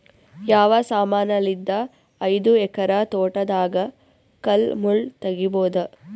ಯಾವ ಸಮಾನಲಿದ್ದ ಐದು ಎಕರ ತೋಟದಾಗ ಕಲ್ ಮುಳ್ ತಗಿಬೊದ?